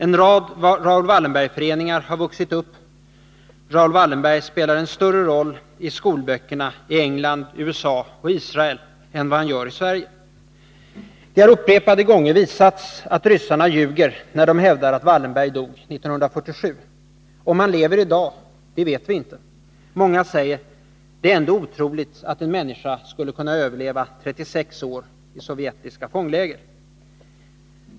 En rad Raoul Wallenberg-föreningar har vuxit upp. Raoul Wallenberg spelar en större roll i skolböckerna i England, USA och Israel än vad han gör i Sverige. Det har upprepade gånger visats att ryssarna ljuger när de hävdar att Wallenberg dog 1947. Om han lever i dag vet vi inte. Många säger: Det är ändå otroligt att en människa skulle kunna överleva 36 år i sovjetiska fångläger.